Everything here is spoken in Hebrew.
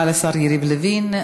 תודה רבה לשר יריב לוין.